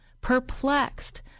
perplexed